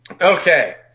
Okay